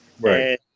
Right